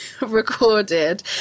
recorded